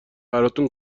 براتون